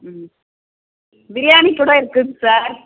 ம் பிரியாணி கூட இருக்குதுங்க சார்